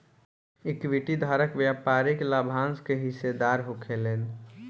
equity धारक व्यापारिक लाभांश के हिस्सेदार होखेलेन